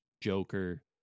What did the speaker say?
Joker